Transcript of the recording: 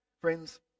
Friends